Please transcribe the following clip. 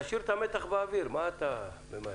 תשאיר את המתח באוויר, מה אתה ממהר?